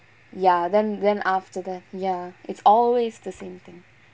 ya then then after that ya it's always the same thing